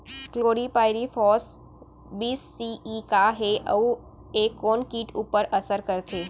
Chlorpyrifos बीस C E का हे अऊ ए कोन किट ऊपर असर करथे?